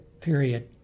period